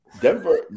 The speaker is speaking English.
Denver